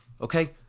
Okay